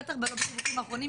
בטח במכרזים האחרונים,